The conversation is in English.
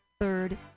Third